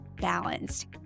balanced